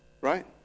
Right